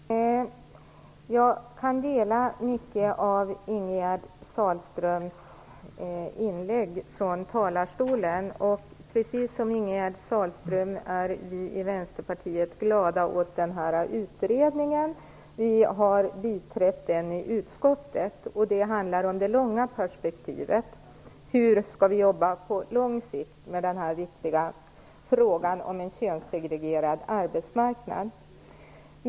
Herr talman! Jag kan instämma i mycket av det som Ingegerd Sahlström sade i sitt anlägg från talarstolen. Liksom Ingegerd Sahlström är vi i Vänsterpartiet glada åt den här utredningen. Vi har biträtt den i utskottet. Det handlar om det långa perspektivet och om hur vi skall jobba på lång sikt med den viktiga frågan om en könssegregerad arbetsmarknad.